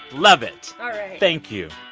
love it all right thank you